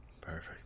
Perfect